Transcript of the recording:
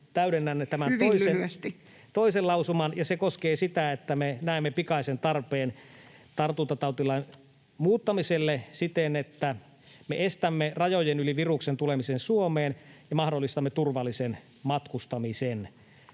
...tämän toisen lausuman, ja se koskee sitä, että me näemme pikaisen tarpeen tartuntatautilain muuttamiselle siten, että me estämme viruksen tulemisen rajojen yli Suomeen ja mahdollistamme turvallisen matkustamisen.